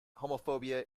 homophobia